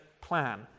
plan